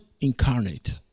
incarnate